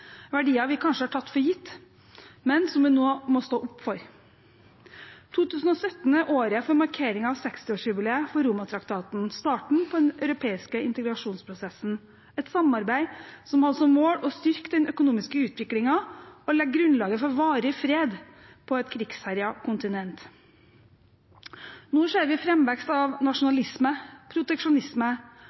verdier vi kanskje har tatt for gitt, men som vi nå må stå opp for. 2017 er året for markeringen av 60-årsjubileet for Romatraktaten, starten på den europeiske integrasjonsprosessen, et samarbeid som hadde som mål å styrke den økonomiske utviklingen og legge grunnlaget for varig fred på et krigsherjet kontinent. Nå ser vi framvekst av nasjonalisme og proteksjonisme,